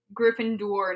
Gryffindor